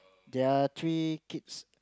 there's three kids